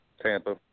Tampa